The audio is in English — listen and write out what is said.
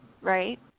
right